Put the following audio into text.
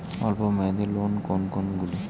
অল্প মেয়াদি লোন কোন কোনগুলি?